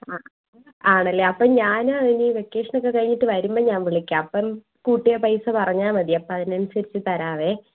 ആ ആണല്ലേ അപ്പോൾ ഞാൻ ഇനി വെക്കേഷനൊക്കെ കഴിഞ്ഞിട്ട് വരുമ്പോൾ ഞാൻ വിളിക്കാം അപ്പം കൂട്ടിയ പൈസ പറഞ്ഞാൽ മതി അപ്പം അതിനനുസരിച്ചു തരാവേ